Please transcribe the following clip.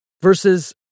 versus